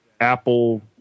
apple